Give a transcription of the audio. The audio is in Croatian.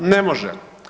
Ne može.